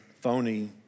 phony